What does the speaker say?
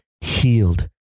healed